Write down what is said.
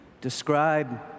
describe